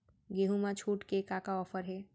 गेहूँ मा छूट के का का ऑफ़र हे?